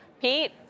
Pete